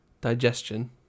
digestion